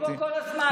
אני פה כל הזמן,